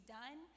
done